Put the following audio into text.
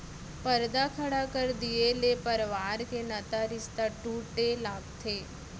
परदा खड़ा कर दिये ले परवार के नता रिस्ता टूटे लगथे